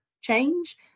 change